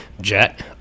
Jet